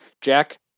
Jack